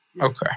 Okay